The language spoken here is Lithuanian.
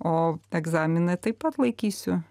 o egzaminą taip pat laikysiu